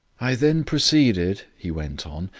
i then proceeded, he went on,